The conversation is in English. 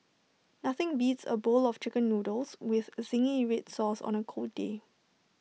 nothing beats A bowl of Chicken Noodles with Zingy Red Sauce on A cold day